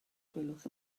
gwelwch